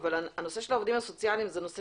אבל הנושא של העובדים הסוציאליים זה נושא